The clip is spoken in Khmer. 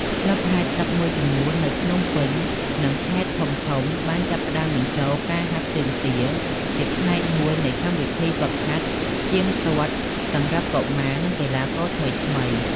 ក្លឹបហែលទឹកមួយចំនួននៅភ្នំពេញ និងខេត្តធំៗបានចាប់ផ្តើមបញ្ចូលការហាត់ជើងទាជាផ្នែកមួយនៃកម្មវិធីហ្វឹកហាត់ទៀងទាត់សម្រាប់កុមារនិងកីឡាករថ្មីៗ។